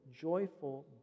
joyful